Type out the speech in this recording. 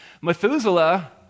Methuselah